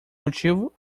motivo